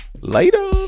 later